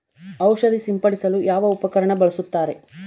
ಔಷಧಿ ಸಿಂಪಡಿಸಲು ಯಾವ ಉಪಕರಣ ಬಳಸುತ್ತಾರೆ?